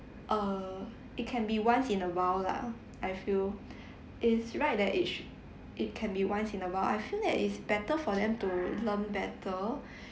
uh it can be once in a while lah I feel is right at their age it can be once in a while I feel that it's better for them to learn better